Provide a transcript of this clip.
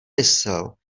myslel